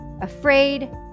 afraid